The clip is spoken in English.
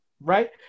right